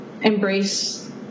embrace